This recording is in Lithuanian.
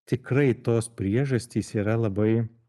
tikrai tos priežastys yra labai